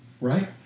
right